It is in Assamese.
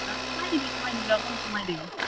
অ' কমাই দিবি কমাই দিবি অকণ কমাই দিবি